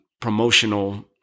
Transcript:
promotional